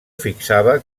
fixava